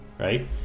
right